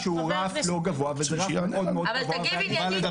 לא כי נאמר